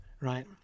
Right